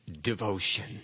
devotion